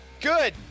Good